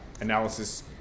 analysis